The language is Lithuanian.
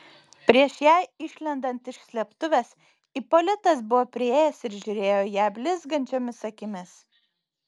prieš jai išlendant iš slėptuvės ipolitas buvo priėjęs ir žiūrėjo į ją blizgančiomis akimis